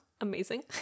Amazing